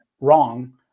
wrong